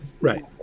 right